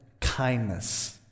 Kindness